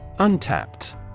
Untapped